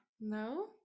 no